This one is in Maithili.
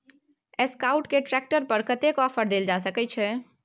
एसकाउट के ट्रैक्टर पर कतेक ऑफर दैल जा सकेत छै?